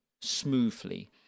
smoothly